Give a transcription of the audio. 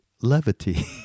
levity